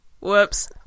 Whoops